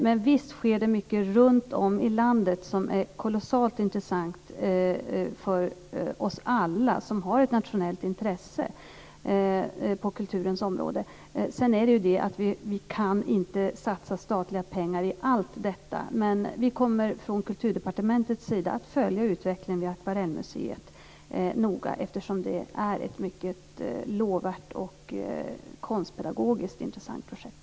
Men visst sker det mycket runtom i landet som är kolossalt intressant för oss alla som har ett nationellt intresse på kulturens område. Sedan är det ju så att vi inte kan satsa statliga pengar i allt som sker. Men vi kommer från Kulturdepartementets sida att följa utvecklingen vid Akvarellmuseet noga eftersom det är ett mycket lovvärt och också konstpedagogiskt intressant projekt.